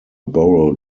borrowed